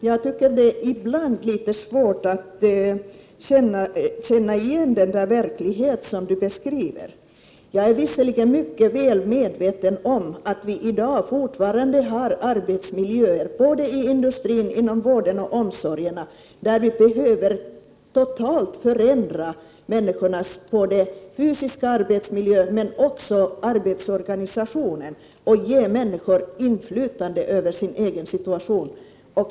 Jag tycker att det ibland är svårt att känna igen den verklighet som Lars-Ove Hagberg beskriver, även om jag visserligen är mycket väl medveten om att vi fortfarande har arbetsmiljöer — såväl i industrin som inom vård och omsorg — som behöver totalt förändras. Jag menar då både i fråga om den fysiska miljön och när det gäller arbetsorganisationen, så att. människor ges inflytande över sin egen situation.